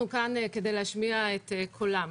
אנחנו כאן כדי להשמיע את קולם.